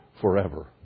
forever